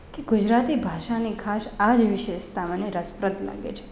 કે ગુજરાતી ભાષાની ખાસ આ જ વિશેષતા મને રસપ્રદ લાગે છે